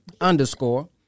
underscore